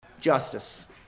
justice